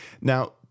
Now